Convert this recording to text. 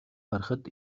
харахад